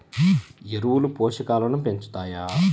ఎరువులు పోషకాలను పెంచుతాయా?